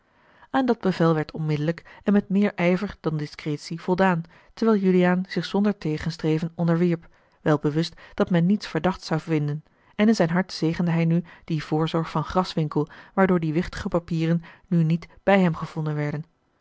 aan dat bevel werd onmiddellijk en met meer ijver dan discretie voldaan terwijl juliaan zich zonder tegenstreven onderwierp wel bewust dat men niets verdachts zoude vinden en in zijn hart zegende hij nu die voorzorg van graswinckel waara l g bosboom-toussaint de delftsche wonderdokter eel door die wichtige papieren nu niet bij hem gevonden werden